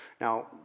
Now